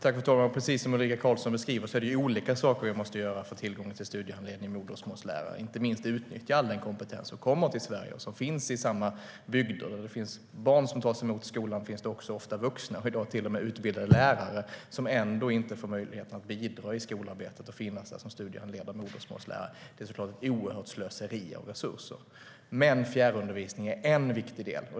Fru talman! Precis som Ulrica Carlsson beskriver är det olika saker som vi måste göra för att kommunerna ska få tillgång till studiehandledare och modersmålslärare. Inte minst måste vi utnyttja all den kompetens som kommer till Sverige och som finns i samma bygder. Där det finns barn som tas emot i skolan finns det ofta också vuxna, i dag till och med utbildade lärare, som ändå inte får möjlighet att bidra i skolarbetet och finnas där som studiehandledare och modersmålslärare. Det är såklart ett oerhört slöseri med resurser. Fjärrundervisning är en viktig del.